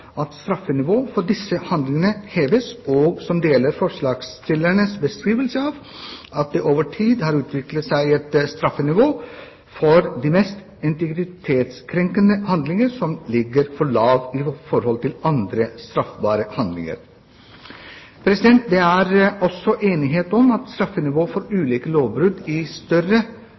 et straffenivå for de mest integritetskrenkende handlinger som ligger for lavt i forhold til andre straffbare handlinger. Det er også enighet om at straffenivået for ulike lovbrudd